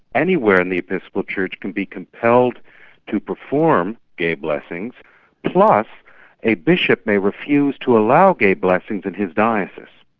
anywhere in the episcopal church can be compelled to perform gay blessings plus a bishop may refuse to allow gay blessings in his diocese.